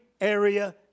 area